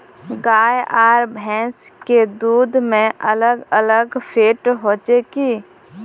गाय आर भैंस के दूध में अलग अलग फेट होचे की?